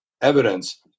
evidence